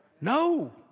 No